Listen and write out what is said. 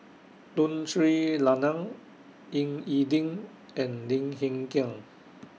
Tun Sri Lanang Ying E Ding and Lim Hng Kiang